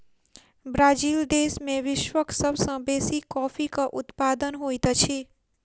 Brazil देश में विश्वक सब सॅ बेसी कॉफ़ीक उत्पादन होइत अछि